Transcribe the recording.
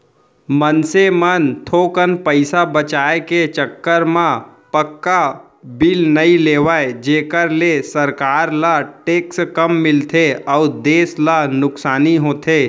मनसे मन थोकन पइसा बचाय के चक्कर म पक्का बिल नइ लेवय जेखर ले सरकार ल टेक्स कम मिलथे अउ देस ल नुकसानी होथे